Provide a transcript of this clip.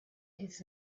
his